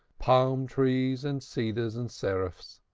palm-trees and cedars and seraphs,